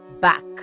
back